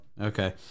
Okay